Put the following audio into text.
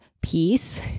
peace